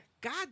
God